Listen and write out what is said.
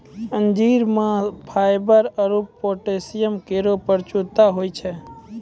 अंजीर म फाइबर आरु पोटैशियम केरो प्रचुरता होय छै